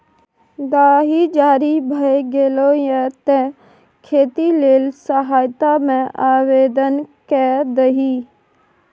दाही जारी भए गेलौ ये तें खेती लेल सहायता मे आवदेन कए दही